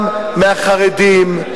גם מהחרדים,